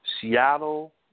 Seattle